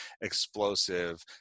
explosive